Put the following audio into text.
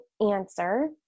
answer